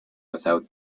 without